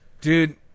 dude